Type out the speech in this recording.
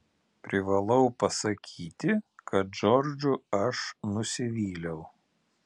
privalau pasakyti kad džordžu aš nusivyliau